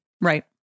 Right